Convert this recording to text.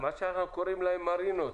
מה שאנחנו קוראים לו "מרינות".